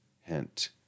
hint